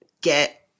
get –